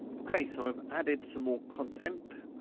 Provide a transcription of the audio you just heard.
okay, so i've added some more content.